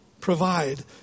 provide